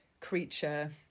creature